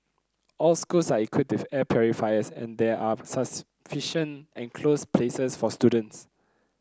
all schools are equipped with air purifiers and there are sufficient enclosed places for students